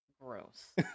gross